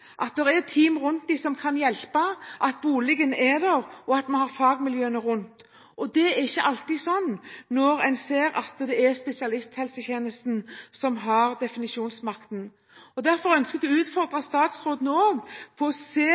at det er team rundt dem som kan hjelpe, at boligen er der, og at vi har fagmiljøene rundt. Det er ikke alltid sånn når det er spesialisthelsetjenesten som har definisjonsmakten. Derfor ønsker jeg også å utfordre statsråden til å se